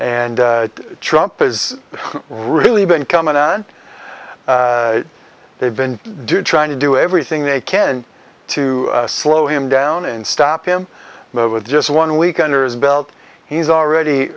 and trump is really been coming on they've been do trying to do everything they can to slow him down and stop him but with just one week under his belt he's already